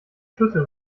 schüssel